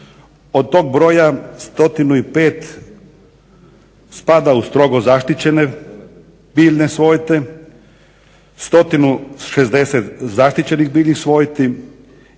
Od tog broja 105 spada u strogo zaštićene biljne svojite, 160 zaštićenih biljnih svojti,